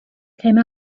came